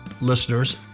listeners